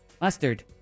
Mustard